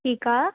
ठीकु आहे